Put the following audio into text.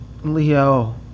Leo